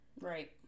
Right